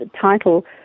title